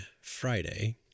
Friday